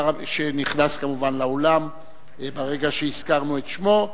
השר שנכנס כמובן לאולם ברגע שהזכרנו את שמו.